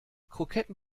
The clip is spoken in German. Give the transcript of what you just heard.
kroketten